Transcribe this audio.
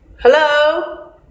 Hello